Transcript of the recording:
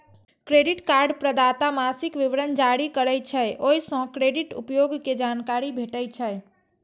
credit card प्रदाता मासिक विवरण जारी करै छै, ओइ सं क्रेडिट उपयोग के जानकारी भेटै छै